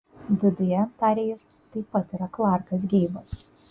viduje tarė jis taip pat yra klarkas geibas